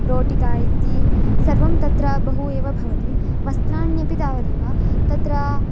रोटिका इति सर्वं तत्र बहु एव भवति वस्त्राण्यपि तावदेव तत्र